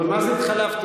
אבל מה זה "התחלפתי"?